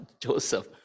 Joseph